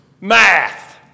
Math